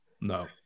no